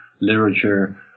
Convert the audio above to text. literature